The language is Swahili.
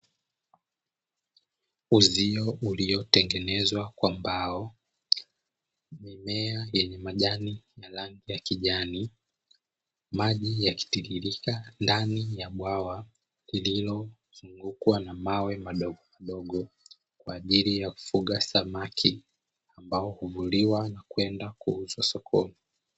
Uzio uliotengenezwa kwa mbao, mimea yenye majani na rangi ya kijani, maji yakitiririka ndani ya bwawa lililozungukwa na mawe madogo madogo kwaajili ya kufuga samaki, ambao huvuliwa na kwenda kuuzwa sokoni.